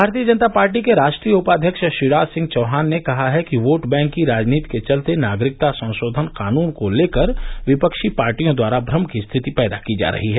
भारतीय जनता पार्टी के राष्ट्रीय उपाध्यक्ष शिवराज सिंह चौहान ने कहा है कि वोट बैंक की राजनीति के चलते नागरिकता संशोधन कानून को लेकर विपक्षी पार्टियों द्वारा भ्रम की रिथति पैदा की जा रही है